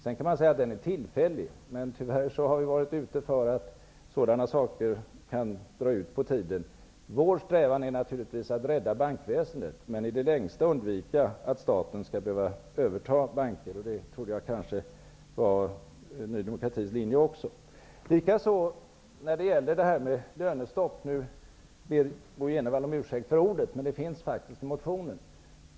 Sedan kan man säga att den är tillfällig, men tyvärr har vi varit ute för att sådana saker kan dra ut på tiden. Vår strävan är naturligtvis att rädda bankväsendet, men att i det längsta undvika att staten skall behöva överta banker. Det trodde jag kanske var Ny demokratis linje också. Bo G Jenevall ber om ursäkt för ordet lönestopp, men det finns faktiskt i motionen.